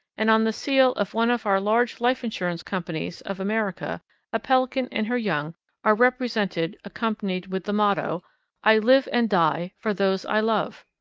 and on the seal of one of our large life insurance companies of america a pelican and her young are represented accompanied with the motto i live and die for those i love.